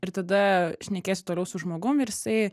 ir tada šnekiesi toliau su žmogum ir jisai